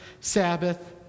Sabbath